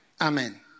Amen